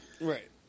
Right